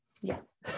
Yes